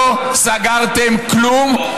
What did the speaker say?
לא סגרתם כלום, סגור.